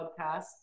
podcasts